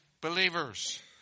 believers